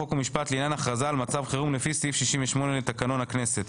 חוק ומשפט לעניין הכרזה על מצב חירום לפי סעיף 68 לתקנון הכנסת.